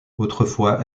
autrefois